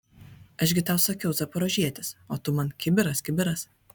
aš gi tau sakiau zaporožietis o tu man kibiras kibiras